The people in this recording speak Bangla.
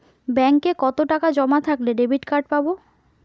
ব্যাঙ্কে কতটাকা জমা থাকলে ডেবিটকার্ড পাব?